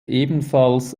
ebenfalls